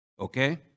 Okay